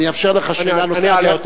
אאפשר לך שאלה נוספת.